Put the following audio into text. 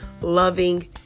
loving